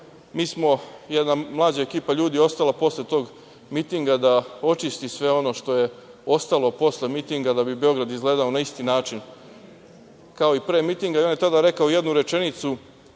Mi smo, jedna mlađa ekipa ljudi ostala posle tog mitinga da očiste sve ono što je ostalo posle mitinga da bi Beograd izgledao na isti način, kao i pre mitinga. On je tada rekao jednu rečenicu